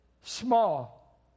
small